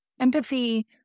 empathy